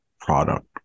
product